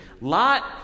Lot